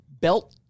belt